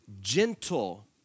gentle